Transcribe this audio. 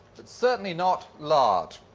but certainly not lard.